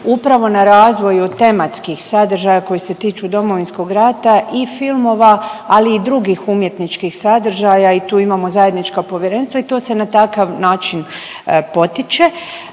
upravo na razvoju tematskih sadržaja koji se tiču Domovinskog rata i filmova ali i drugih umjetničkih sadržaja i tu imamo zajednička povjerenstva i to se na takav način potiče.